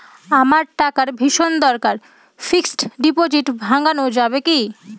আমার টাকার ভীষণ দরকার ফিক্সট ডিপোজিট ভাঙ্গানো যাবে কি?